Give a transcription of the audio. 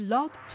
Love